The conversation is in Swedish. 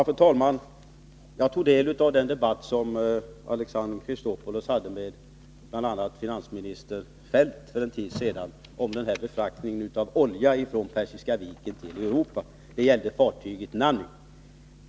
Fru talman! Jag tog del av den debatt som Alexander Chrisopoulos hade med bl.a. finansminister Kjell-Olof Feldt för en tid sedan om befraktningen med olja från Persiska viken till Europa. Det gällde fartyget Nanny.